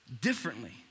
differently